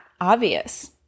obvious